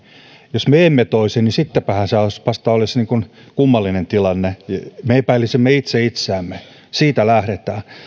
jos me emme toisi niin sittenpähän se vasta olisi kummallinen tilanne me epäilisimme itse itseämme siitä lähdetään